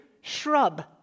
shrub